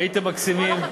הייתם מקסימים.